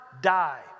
die